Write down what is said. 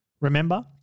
Remember